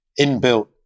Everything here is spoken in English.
inbuilt